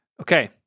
okay